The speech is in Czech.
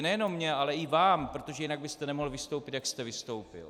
Nejenom mně, ale i vám, protože jinak byste nemohl vystoupit, jak jste vystoupil.